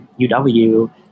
UW